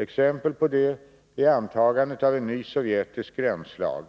Exempel på detta är antagandet av en ny sovjetisk gränslag,